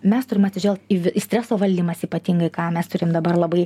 mes turim atsižvelgt į į streso valdymas ypatingai ką mes turim dabar labai